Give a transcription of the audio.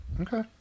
Okay